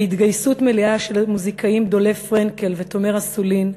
בהתגייסות מלאה של המוזיקאים דולב פרנקל ותומר אסולין,